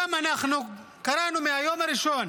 גם אנחנו קראנו מהיום הראשון